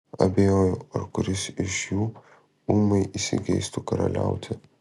abejoju ar kuris iš jų ūmai įsigeistų karaliauti